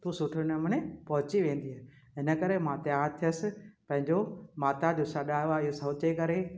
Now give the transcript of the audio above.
तूं सुठे नमूने पहुंची वेंदींअ इन करे मां तयारु थियसि पंहिंजो माता जो सॾु आयो आहे इहो सोचे करे